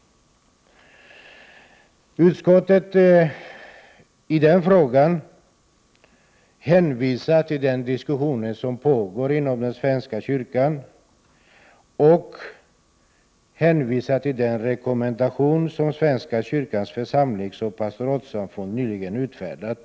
Utskottet hänvisar till den diskussion som pågår inom svenska kyrkan och till den rekommendation som 15 svenska kyrkans församlingsoch pastoratsamfund nyligen har utfärdat.